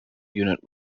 unit